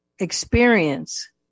experience